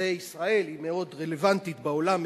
ישראל היא מאוד רלוונטית בעולם,